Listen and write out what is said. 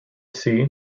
sea